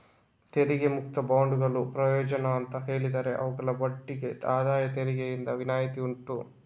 ತೆರಿಗೆ ಮುಕ್ತ ಬಾಂಡುಗಳ ಪ್ರಯೋಜನ ಅಂತ ಹೇಳಿದ್ರೆ ಅವುಗಳ ಬಡ್ಡಿಗೆ ಆದಾಯ ತೆರಿಗೆಯಿಂದ ವಿನಾಯಿತಿ ಉಂಟು